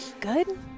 good